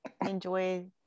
enjoy